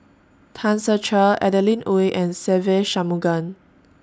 Tan Ser Cher Adeline Ooi and Se Ve Shanmugam